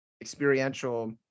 experiential